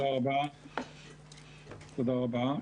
תודה רבה.